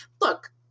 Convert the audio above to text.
look